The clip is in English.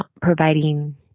providing